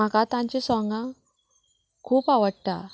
म्हाका तांची सोंगां खूब आवडटा